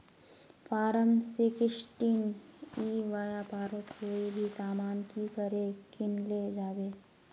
Form sixteen ई व्यापारोत कोई भी सामान की करे किनले जाबे?